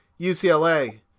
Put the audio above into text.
UCLA